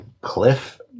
cliff